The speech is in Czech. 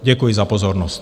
Děkuji za pozornost.